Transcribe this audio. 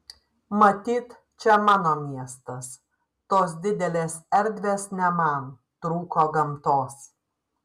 matyt čia mano miestas tos didelės erdvės ne man trūko gamtos